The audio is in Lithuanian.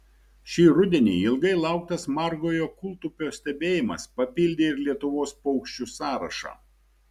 šį rudenį ilgai lauktas margojo kūltupio stebėjimas papildė ir lietuvos paukščių sąrašą